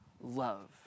love